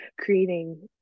creating